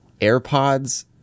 AirPods